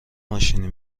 ماشینی